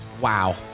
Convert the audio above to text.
Wow